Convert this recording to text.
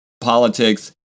politics